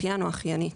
אחיין או אחיינית.